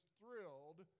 thrilled